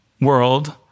world